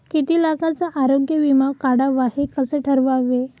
किती लाखाचा आरोग्य विमा काढावा हे कसे ठरवावे?